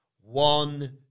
One